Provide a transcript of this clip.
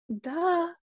duh